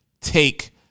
take